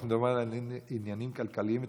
אנחנו מדברים על עניינים כלכליים ותעסוקתיים.